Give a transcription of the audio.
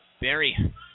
Barry